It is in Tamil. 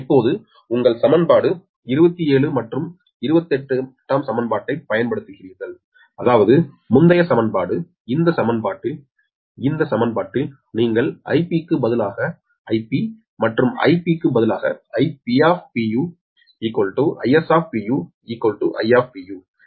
இப்போது உங்கள் 27 மற்றும் 28 சமன்பாட்டைப் பயன்படுத்துகிறீர்கள் அதாவது முந்தைய சமன்பாடு இந்த சமன்பாட்டில் இந்த சமன்பாட்டில் நீங்கள் IPக்கு பதிலாக IP மற்றும் IP பதிலாக Ip Is I